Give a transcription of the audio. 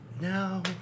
No